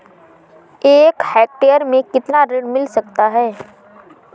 एक हेक्टेयर में कितना ऋण मिल सकता है?